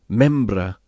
membra